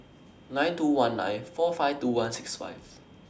nine two one nine four five two one six five